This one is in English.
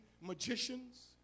magicians